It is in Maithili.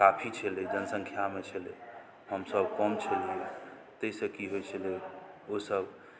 काफी छलै जनसंख्यामे छलै हमसभ कम छलियै ताहिसँ की होइ छलै ओ सभ